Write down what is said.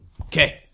okay